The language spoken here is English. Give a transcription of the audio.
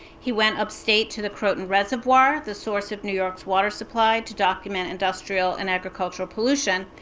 he went upstate to the croton reservoir, the source of new york's water supply, to document industrial and agricultural pollution.